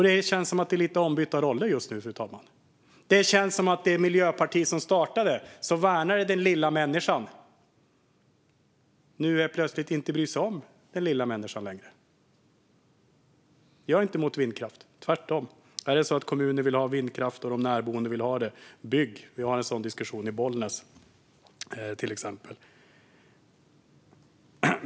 Det känns som att det är lite ombytta roller just nu, fru talman. Det känns som att Miljöpartiet, som när det startade värnade den lilla människan, nu helt plötsligt inte bryr sig om den lilla människan längre. Jag är inte emot vindkraft - tvärtom. Om kommunen och de närboende vill ha vindkraft, bygg då! Vi har en sådan diskussion i till exempel Bollnäs.